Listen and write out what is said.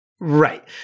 right